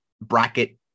bracket